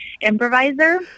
improviser